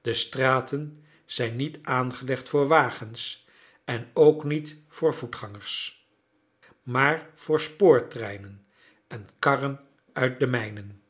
de straten zijn niet aangelegd voor wagens en ook niet voor voetgangers maar voor spoortreinen en karren uit de mijnen